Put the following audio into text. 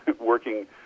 working